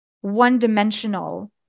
one-dimensional